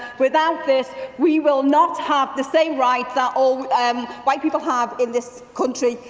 without this we will not have the same rights that all um white people have in this country.